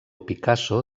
picasso